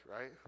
right